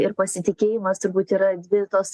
ir pasitikėjimas turbūt yra dvi tos